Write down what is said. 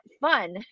fun